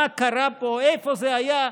מה קרה פה, איפה זה היה?